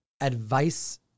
advice